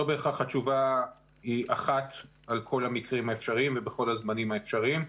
לא בהכרח התשובה היא אחת על כל המקרים האפשריים ובכל הזמנים האפשריים.